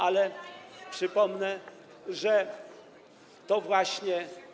ale przypomnę, że to właśnie.